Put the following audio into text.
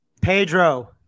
Pedro